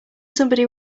somebody